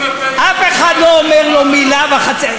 אף אחד לא אומר לו מילה וחצי מילה.